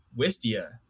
Wistia